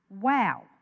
Wow